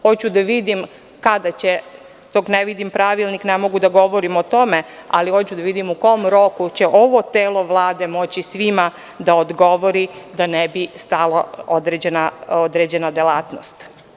Hoću da vidim, a dok ne vidim pravilnik ne mogu da govorim o tome, ali hoću da vidim u kom roku će ovo telo Vlade moći svima da odgovori, da ne bi stala određena delatnost.